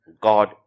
God